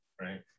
right